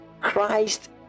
Christ